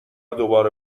دوباره